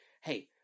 hey